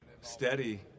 Steady